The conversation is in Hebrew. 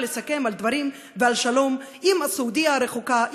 לסכם על דברים ועל שלום עם סעודיה הרחוקה,